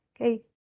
okay